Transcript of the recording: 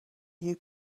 you